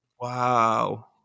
Wow